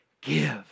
give